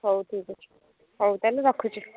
ହଉ ଠିକ୍ ଅଛି ହଉ ତା'ହେଲେ ରଖୁଛିି